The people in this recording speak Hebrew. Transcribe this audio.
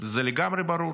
זה לגמרי ברור.